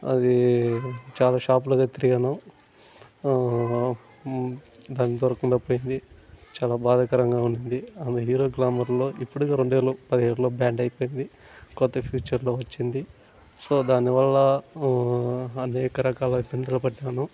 అది చాలా షాప్లు అయితే తిరిగాను దానికి దొరకకుండా పోయింది చాలా బాధాకరంగా ఉన్నింది అండ్ హీరో గ్లామర్లో ఇప్పటికి రెండు వేల పదిహేడులో బ్యాడ్ అయిపొయింది కొత్త ఫీచర్లో వచ్చింది సో దాని వల్ల అనేక రకాల ఇబ్బందులు పడ్డాను